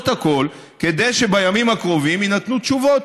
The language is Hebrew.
הכול כדי שבימים הקרובים יינתנו תשובות,